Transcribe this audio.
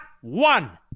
one